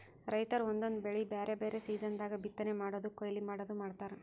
ರೈತರ್ ಒಂದೊಂದ್ ಬೆಳಿ ಬ್ಯಾರೆ ಬ್ಯಾರೆ ಸೀಸನ್ ದಾಗ್ ಬಿತ್ತನೆ ಮಾಡದು ಕೊಯ್ಲಿ ಮಾಡದು ಮಾಡ್ತಾರ್